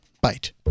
bite